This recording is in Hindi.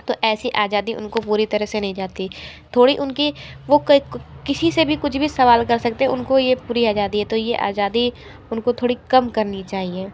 तो ऐसी आजादी उनको पूरी तरह से नहीं जाती थोड़ी उनकी वो किसी से भी कुछ भी सवाल कर सकते हैं उनको ये पूरी आजादी है तो ये आजादी उनको थोड़ी कम करनी चाहिए